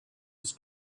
was